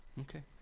Okay